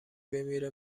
بمیره